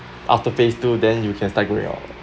after phase two then you can start going out